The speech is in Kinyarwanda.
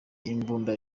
imbunda